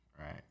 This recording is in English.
right